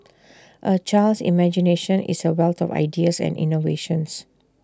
A child's imagination is A wealth of ideas and innovations